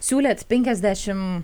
siūlėt penkiasdešimt